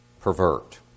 pervert